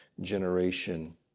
generation